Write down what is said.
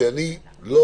שאני לא